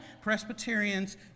Presbyterians